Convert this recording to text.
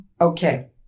Okay